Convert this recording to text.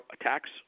attacks